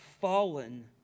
fallen